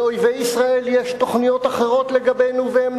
לאויבי ישראל יש תוכניות אחרות לגבינו והם